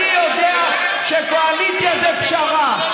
יושרה, אני יודע שקואליציה זה פשרה.